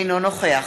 אינו נוכח